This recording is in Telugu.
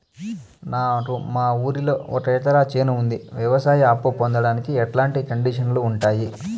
నాకు మా ఊరిలో ఒక ఎకరా చేను ఉంది, వ్యవసాయ అప్ఫు పొందడానికి ఎట్లాంటి కండిషన్లు ఉంటాయి?